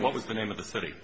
what was the name of the city